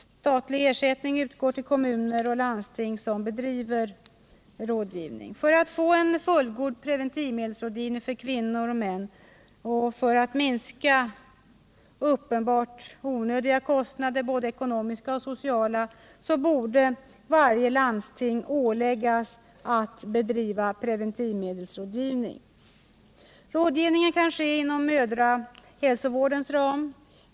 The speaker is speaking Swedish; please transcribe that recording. Statlig ersättning utgår till kommuner och landsting som bedriver rådgivning. För att få en fullgod preventivmedelsrådgivning för kvinnor och män och för att minska uppenbart onödiga kostnader, både ekonomiska och sociala, borde varje landsting åläggas att bedriva preventivmedelsrådgivning. Rådgivningen kan ske inom mödrahälsovårdens ram.